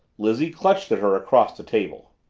lizzie clutched at her across the table.